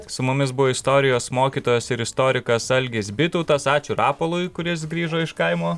su mumis buvo istorijos mokytojas ir istorikas algis bitautas ačiū rapolui kuris grįžo iš kaimo